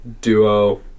duo